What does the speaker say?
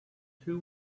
two